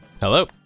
Hello